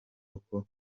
uko